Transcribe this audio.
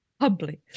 Humbly